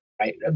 right